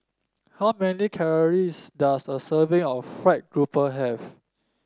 how many calories does a serving of fried grouper have